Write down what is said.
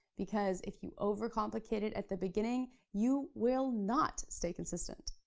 because if you over complicate it at the beginning, you will not stay consistent.